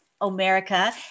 America